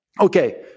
Okay